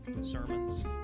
sermons